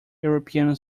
european